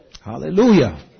Hallelujah